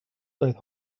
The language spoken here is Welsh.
doedd